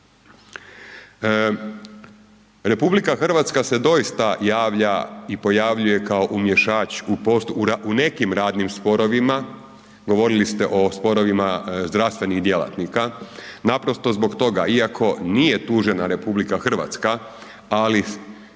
RH se doista javlja i pojavljuje kao umješač u nekim radnim sporovima, govorili ste o sporovima zdravstvenih djelatnika naprosto zbog toga iako nije tužena RH ali financijski